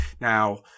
now